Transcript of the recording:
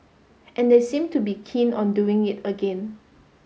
and they seem to be keen on doing it again